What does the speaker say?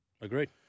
Agreed